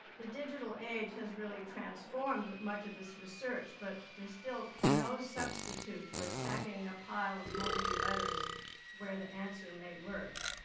the digital age has really transformed much of this research but there's still no substitute for attacking a pile of moldy letters where the answer may lurk.